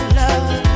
love